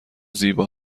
زیبا